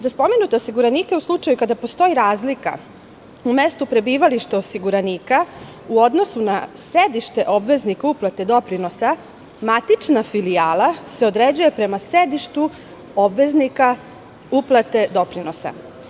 Za spomenute osiguranike u slučaju kada postoji razlika u mestu prebivališta osiguranika u odnosu na sedište obveznika uplate doprinosa, matična filijala se određuje prema sedištu obveznika uplate doprinosa.